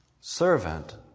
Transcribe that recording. servant